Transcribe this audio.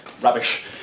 Rubbish